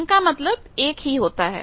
इनका मतलब एक ही होता है